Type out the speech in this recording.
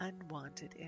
unwanted